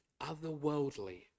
otherworldly